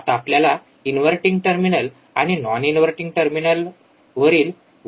आता आपल्याला inverting terminal आणि नॉन इनव्हर्टिंग टर्मिनलवरील व्होल्टेज मोजावे लागेल